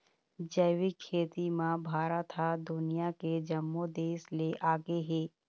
जैविक खेती म भारत ह दुनिया के जम्मो देस ले आगे हे